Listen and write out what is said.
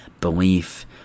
belief